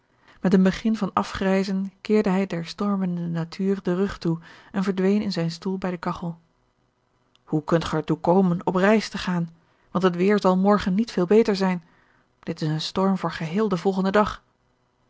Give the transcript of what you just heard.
met een begin van afgrijzen keerde hij der stormende natuur den rug toe en verdween in zijn stoel bij de kagchel hoe kunt ge er toe komen op reis te gaan want het weêr zal morgen niet veel beter zijn dit is een storm voor geheel den volgenden dag